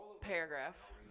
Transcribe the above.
paragraph